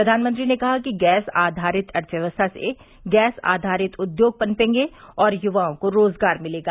प्रधानमंत्री ने कहा कि गैस आधारित अर्थव्यवस्था से गैस आधारित उद्योग पनपेंगे और युवाओं को रोजगार मिलेगा